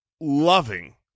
loving